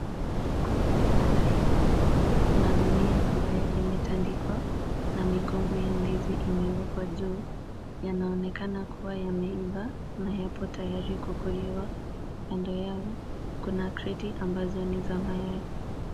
Kwenye kibanda hiki kuna gunia ambayo imetandikwa na mikunga ya ndizi imewekwa juu. Yanaonekana kuwa yameiva na hapo tayari kukuliwa. Kando yao, kuna kreti ambazo ni za mayai.